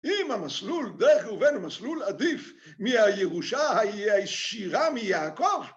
‫אם המסלול דרך ראובן הוא המסלול עדיף ‫מהירושה הישירה מיעקב?